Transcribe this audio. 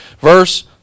Verse